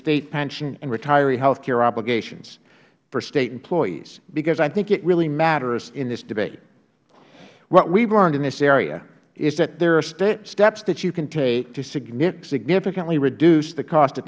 state pension and retiree health care obligations for state employees because i think it really matters in this debate what we have learned in this area is that there are steps that you can take to significantly reduce the cost